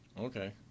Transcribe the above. Okay